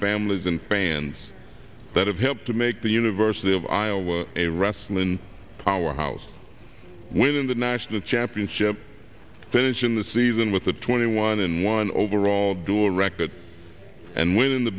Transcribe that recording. families and fans that have helped to make the university of iowa a wrestling powerhouse when the national championship finish in the season with a twenty one n one overall door record and win in the